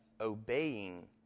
obeying